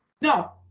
No